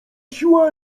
siła